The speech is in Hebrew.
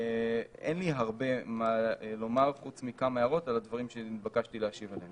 אין לי הרבה מה לומר חוץ מכמה הערות על הדברים שנתבקשתי להשיב עליהם.